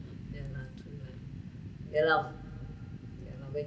ya lah true lah ya lor ya lor